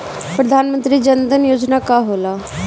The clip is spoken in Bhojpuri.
प्रधानमंत्री जन धन योजना का होला?